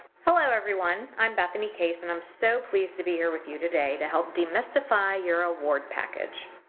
hello, everyone. i'm bethany case and i'm so pleased to be here with you today to help demystify your award package